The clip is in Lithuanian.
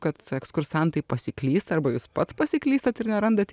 kad ekskursantai pasiklysta arba jūs pats pasiklystat ir nerandat